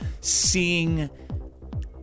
seeing